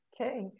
Okay